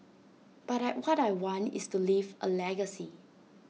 but I what I want is to leave A legacy